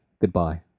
goodbye